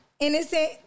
Innocent